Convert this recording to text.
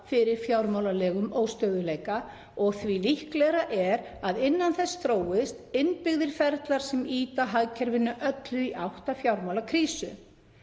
fyrir fjármálalegum óstöðugleika og því líklegra er að innan þess þróist innbyggðir ferlar sem ýta hagkerfinu öllu í átt að fjármálakrísu.